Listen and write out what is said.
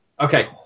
Okay